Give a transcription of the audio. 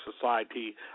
society